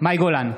מאי גולן,